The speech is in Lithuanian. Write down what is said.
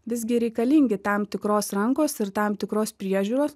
visgi reikalingi tam tikros rankos ir tam tikros priežiūros